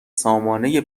سامانه